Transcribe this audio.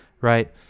right